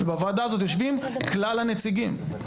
בוועדה הזאת יושבים כלל הנציגים.